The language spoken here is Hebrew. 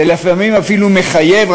זה לפעמים אפילו מחייב,